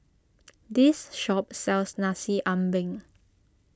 this shop sells Nasi Ambeng